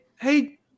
Hey